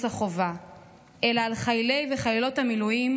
החובה אלא על חיילי וחיילות המילואים,